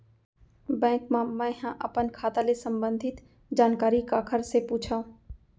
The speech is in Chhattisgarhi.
बैंक मा मैं ह अपन खाता ले संबंधित जानकारी काखर से पूछव?